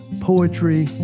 Poetry